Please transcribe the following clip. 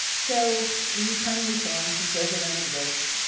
so we turn in these forms, he says they don't exist.